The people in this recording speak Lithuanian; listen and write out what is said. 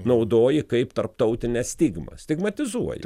naudoji kaip tarptautinę stigmą stigmatizuoji